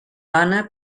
dona